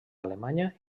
alemanya